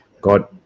God